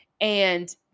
and-